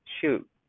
shoot